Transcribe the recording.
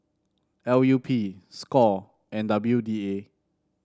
L U P Score and W D A